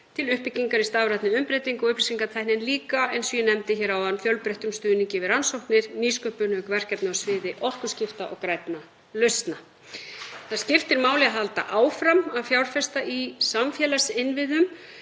til uppbyggingar í stafrænni umbreytingu og upplýsingatækni en líka, eins og ég nefndi hér áðan, fjölbreytts stuðnings við rannsóknir, nýsköpun, auk verkefna á sviði orkuskipta og grænna lausna. Það skiptir máli að halda áfram að fjárfesta í samfélagsinnviðum.